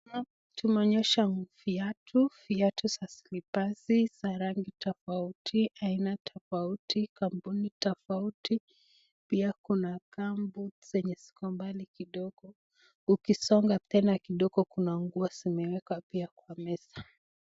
Tumeonyeshwa viatu, viatu vya slippers za rangi tofauti aina tofauti, kampuni tofauti. Pia kuna gumboots zenye ziko mbali kidogo, ukisonga tena kidogo kuna nguo zimewekwa pia kwa meza.